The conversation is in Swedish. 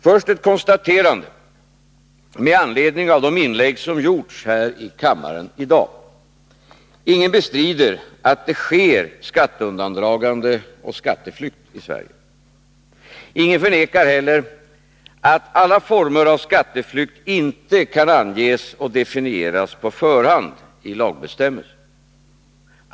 Först ett konstaterande med anledning av de inlägg som har gjorts här i kammaren i dag. Ingen bestrider att skatteundandragande och skatteflykt sker i Sverige. Ingen förnekar heller att alla former av skatteflykt inte kan anges och definieras på förhand i lagbestämmelser.